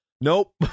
Nope